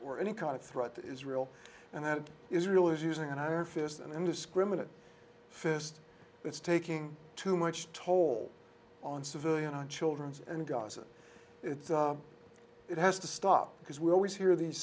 or any kind of threat to israel and that israel is using an iron fist and indiscriminate fist it's taking too much toll on civilians children's and gaza it has to stop because we always hear these